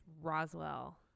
Roswell